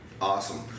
Awesome